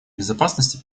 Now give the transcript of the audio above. безопасности